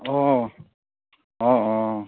অঁ অঁ অঁ